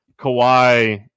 Kawhi